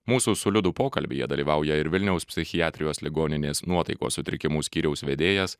mūsų su liudu pokalbyje dalyvauja ir vilniaus psichiatrijos ligoninės nuotaikos sutrikimų skyriaus vedėjas